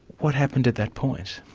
what happened at that point?